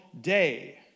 day